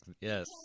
yes